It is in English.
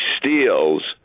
steals